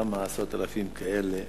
כמה עשרות אלפים כאלה,